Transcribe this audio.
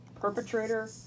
perpetrator